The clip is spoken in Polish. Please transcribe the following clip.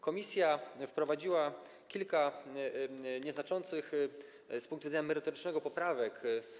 Komisja wprowadziła kilka nieznaczących z punktu widzenia merytorycznego poprawek.